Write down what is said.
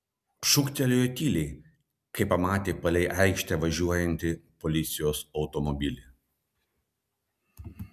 šūktelėjo tyliai kai pamatė palei aikštę važiuojantį policijos automobilį